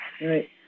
Right